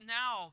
now